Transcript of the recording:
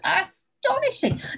astonishing